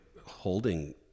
holding